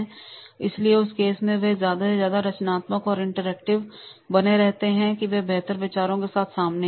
और इसलिए उस केस में वे ज्यादा से ज्यादा रचनात्मक और इंटरैक्टिव बने रहते हैं ताकि वे बेहतर विचारों के साथ सामने आएं